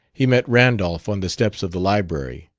he met randolph on the steps of the library.